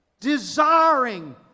desiring